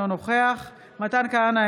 אינו נוכח מתן כהנא,